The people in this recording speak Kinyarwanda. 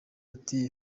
ati